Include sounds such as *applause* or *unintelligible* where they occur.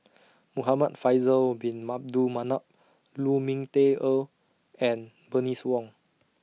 Muhamad Faisal Bin *unintelligible* Manap Lu Ming Teh Earl and Bernice Wong